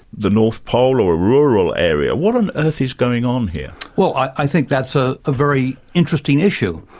the north pole or rural area. what on earth is going on here? well i think that's a ah very interesting issue.